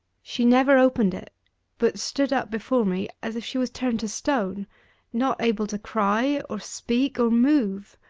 she never opened it but stood up before me as if she was turned to stone not able to cry, or speak, or move.